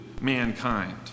mankind